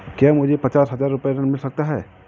क्या मुझे पचास हजार रूपए ऋण मिल सकता है?